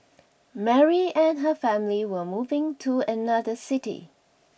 Mary and her family were moving to another city